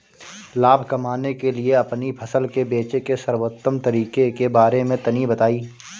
लाभ कमाने के लिए अपनी फसल के बेचे के सर्वोत्तम तरीके के बारे में तनी बताई?